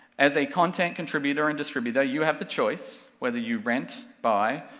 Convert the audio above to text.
as a content contributor and distributor you have the choice, whether you rent, buy,